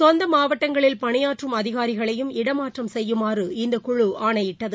சொந்த மாவட்டங்களில் பணியாற்றும் அதிகாரிகளையும் இடமாற்றம் செய்யுமாறு இந்த குழு ஆணையிட்டது